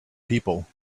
people